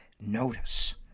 notice